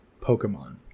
pokemon